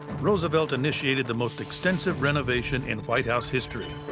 roosevelt initiated the most extensive renovation in white house history.